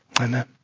Amen